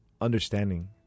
understanding